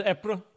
April